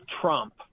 Trump